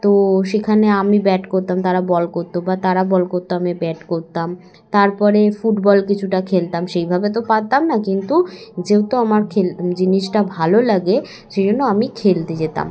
তো সেখানে আমি ব্যাট করতাম তারা বল করতো বা তারা বল করতো আমি ব্যাট করতাম তারপরে ফুটবল কিছুটা খেলতাম সেইভাবে তো পারতাম না কিন্তু যেহেতু আমার খেল জিনিসটা ভালো লাগে সেই জন্য আমি খেলতে যেতাম